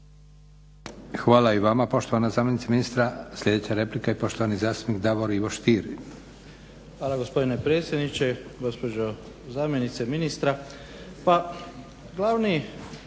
Hvala i vama poštovana zamjenice ministra. Sljedeća je replika poštovani zastupnik Davor Ivo Stier. **Stier, Davor Ivo (HDZ)** Hvala gospodine predsjedniče, gospođo zamjenice ministra.